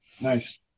Nice